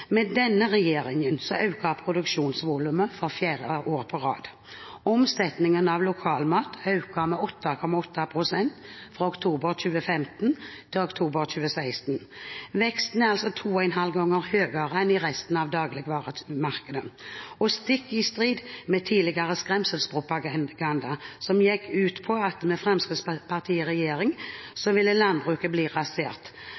Med denne regjeringen økte produksjonsvolumet for fjerde år på rad. Omsetningen av lokal mat økte med 8,8 pst. fra oktober 2015 til oktober 2016. Veksten er altså 2,5 ganger høyere enn i resten av dagligvaremarkedet. Og stikk i strid med tidligere skremselspropaganda, som gikk ut på at med Fremskrittspartiet i regjering